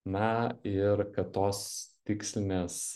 na ir kad tos tikslinės